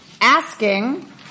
Asking